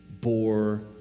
bore